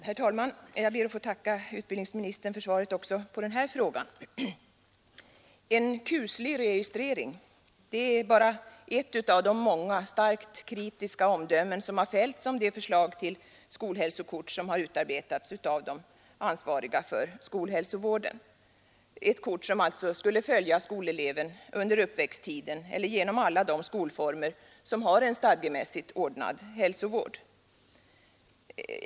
Herr talman! Jag ber att få tacka utbildningsministern för svaret också på min enkla fråga. ”En kuslig registrering” — det är bara ett av de många starkt kritiska omdömen som har fällts om det förslag till skolhälsokort som har utarbetats av de ansvariga för skolhälsovården och som skulle följa skoleleven under uppväxttiden eller åtminstone genom alla de skolformer som har en stadgemässigt ordnad hälsovård.